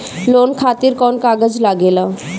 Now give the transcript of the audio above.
Loan खातिर कौन कागज लागेला?